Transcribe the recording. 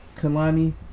Kalani